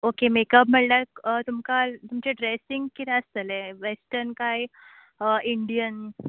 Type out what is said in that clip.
okay makeup म्हळ्ळ्यार तुमकां तुमचें ड्रॅसींग किरें आसतलें वॅस्टन काय इंडियन